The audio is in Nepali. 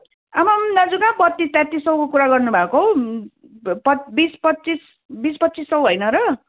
आमामाम दाजु कहाँ बत्तिस तेत्तिस सयको कुरा गर्नु भएको हौ बिस पच्चिस बिस पच्चिस सय होइन र